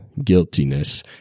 guiltiness